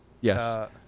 Yes